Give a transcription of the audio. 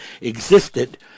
existed